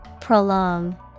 Prolong